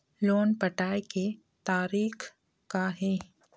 Loan पटाए के तारीख़ का हे?